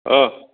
অঁ